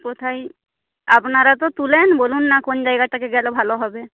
কোথায় আপনারা তো তোলেন বলুন না কোন জায়গাটাতে গেলে ভালো হবে